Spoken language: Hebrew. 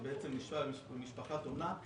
שנמצא במשפחת אומנה,